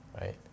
right